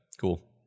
Cool